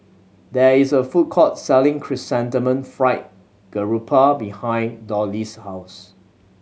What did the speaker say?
there is a food court selling Chrysanthemum Fried Garoupa behind Dollie's house